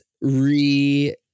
re